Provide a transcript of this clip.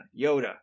Yoda